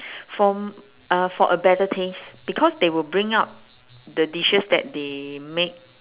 for uh for a better taste because they will bring out the dishes that they make